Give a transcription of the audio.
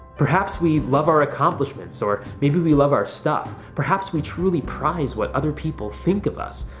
perhaps we love our accomplishments, or maybe we love our stuff. perhaps we truly prize what other people think of us.